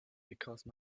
because